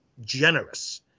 generous